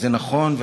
זה נכון?